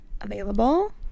available